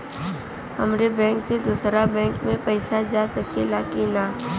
हमारे बैंक से दूसरा बैंक में पैसा जा सकेला की ना?